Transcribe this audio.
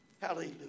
Hallelujah